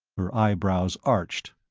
her eyebrows arched.